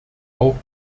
auch